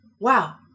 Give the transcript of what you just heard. wow